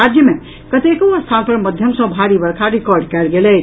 राज्य मे कतेको स्थान पर मध्यम सँ भारी वर्षा रिकॉर्ड कयल गेल अछि